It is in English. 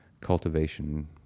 cultivation